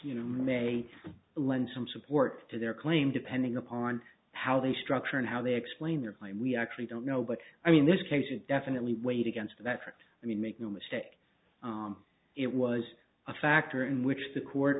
you know may lend some support to their claim depending upon how they structure and how they explain their claim we actually don't know but i mean this case is definitely weighed against that fact i mean make no mistake it was a factor in which the court